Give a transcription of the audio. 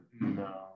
No